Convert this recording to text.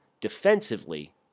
defensively